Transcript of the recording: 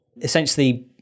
essentially